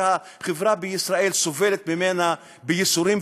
שהחברה בישראל סובלת ממנה בייסורים,